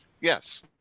Yes